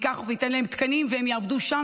ייתן להם תקנים, והם יעבדו שם.